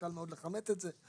קל מאוד לכמת את זה.